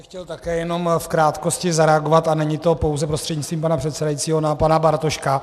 Já bych chtěl také jenom v krátkosti zareagovat, a není to pouze prostřednictvím pana předsedajícího, na pana Bartoška.